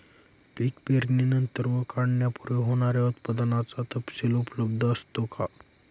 पीक पेरणीनंतर व काढणीपूर्वी होणाऱ्या उत्पादनाचा तपशील उपलब्ध असतो का?